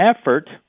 effort